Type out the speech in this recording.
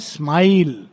smile